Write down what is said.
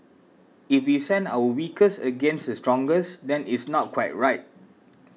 if we send our weakest against the strongest then it's not quite right